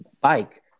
bike